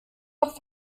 doch